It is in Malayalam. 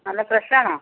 നല്ല ഫ്രഷ് ആണോ